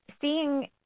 Seeing